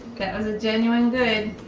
that was a genuine good!